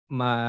ma